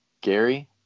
Gary